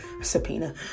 subpoena